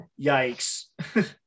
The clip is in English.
Yikes